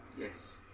Yes